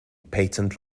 patent